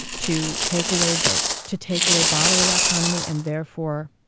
to take away votes. to take away bodily autonomy and therefore,